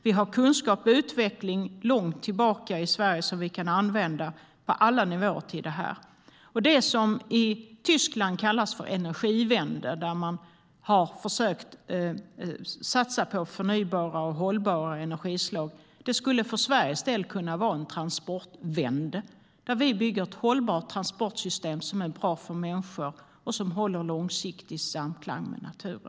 Vi har sedan lång tid tillbaka i Sverige kunskap och utveckling som vi kan använda på alla nivåer till det här. I det som i Tyskland kallas Energiewende har man försökt satsa på förnybara och hållbara energislag. För Sveriges del skulle det kunna bli en "transportvänd", där vi bygger ett hållbart transportsystem som är bra för människor i långsiktig samklang med naturen.